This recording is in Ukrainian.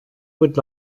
будь